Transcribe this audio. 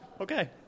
Okay